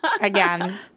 again